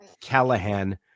Callahan